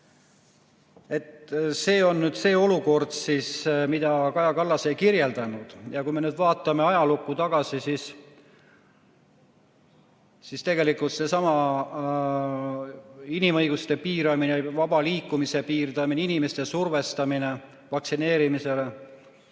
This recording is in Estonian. See on nüüd see olukord, mida Kaja Kallas ei kirjeldanud. Ja kui me vaatame tagasi ajalukku, siis tegelikult seesama inimõiguste piiramine, vaba liikumise piiramine, inimeste survestamine vaktsineerimisele,